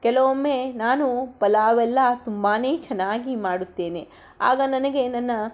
ಕೆಲವೊಮ್ಮೆ ನಾನು ಪಲಾವೆಲ್ಲ ತುಂಬಾ ಚೆನ್ನಾಗಿ ಮಾಡುತ್ತೇನೆ ಆಗ ನನಗೆ ನನ್ನ